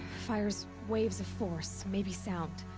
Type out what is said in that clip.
fires. waves of force, maybe sound.